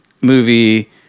movie